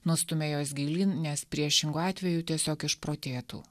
nustumia juos gilyn nes priešingu atveju tiesiog išprotėtų